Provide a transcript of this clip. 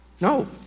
no